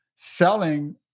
selling